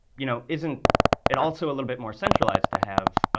you know, isn't it also a little bit more centralized to have